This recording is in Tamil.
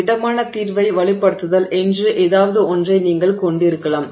திடமான தீர்வை வலுப்படுத்துதல் என்று ஏதாவது ஒன்றை நீங்கள் கொண்டிருக்கலாம்